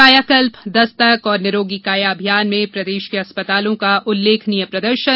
कायाकल्प दस्तक और निरोगीकाया अभियान में प्रदेश के अस्पतालों का उल्लेखनीय प्रदर्शन